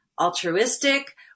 altruistic